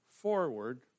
forward